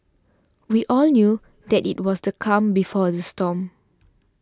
we all knew that it was the calm before the storm